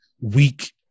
weak